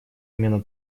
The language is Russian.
именно